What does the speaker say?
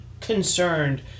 concerned